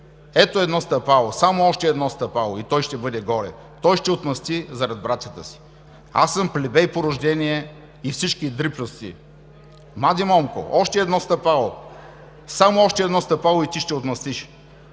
Ето едно стъпало, само още едно стъпало, и той ще бъде горе! Той ще отмъсти зарад братята си! – Аз съм плебей по рождение и всички дрипльовци... – Млади момко, едно стъпало още! Само още едно стъпало, и ти ще отмъстиш.